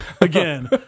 again